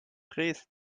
drehst